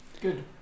Good